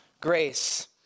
grace